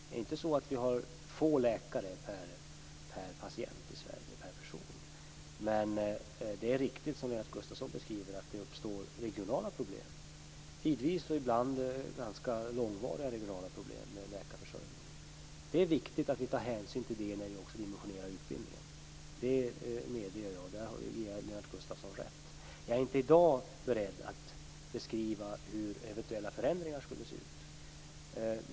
Det är inte så att vi har få läkare per person i Sverige, men det är riktigt som Lennart Gustavsson beskriver det att det uppstår regionala problem, tidvis ganska långvariga regionala problem med läkarförsörjningen. Det är viktigt att vi tar hänsyn till det när vi dimensionerar utbildningen. Det medger jag. Där ger jag Lennart Gustavsson rätt. Jag är inte i dag beredd att beskriva hur eventuella förändringar skall se ut.